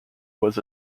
was